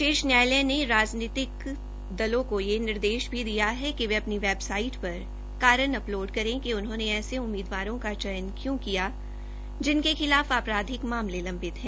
शीर्ष न्यायालय ने राजनीतिक दलों को यह निर्देश भी दिया है कि वे अपनी वैबसाईट पर कारण अपलोड करें कि उन्होंने ऐसे उम्मीदवारों का चयन क्यूं किया है जिनके खिलाफ आपराधिक मामले लुबित हैं